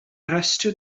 harestio